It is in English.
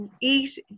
eat